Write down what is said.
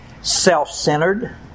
self-centered